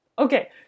Okay